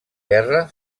guerra